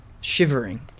shivering